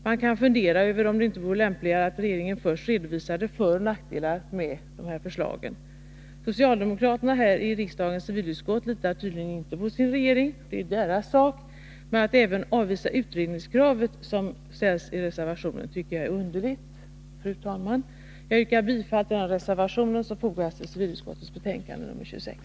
Man kan fundera över om det inte vore lämpligare att regeringen först redovisade föroch nackdelar med förslaget. Socialdemokraterna i riksdagens civilutskott litar tydligen inte på sin regering. Det är deras sak, men att även avvisa utredningskravet som ställs i reservationen tycker jag är underligt. Fru talman! Jag yrkar bifall till den reservation som fogats till civilutskottets betänkande nr 26.